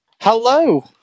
Hello